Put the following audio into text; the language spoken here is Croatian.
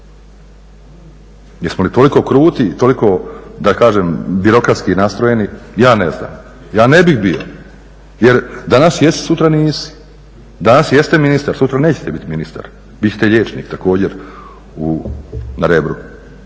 Jesmo li toliko kruti i toliko da kažem birokratski nastrojeni ja ne znam. Ja ne bih bio, jer danas jesi sutra nisi. Danas jeste ministar, sutra nećete biti ministar. Bit ćete liječnik također na Rebru.